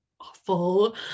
awful